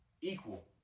equal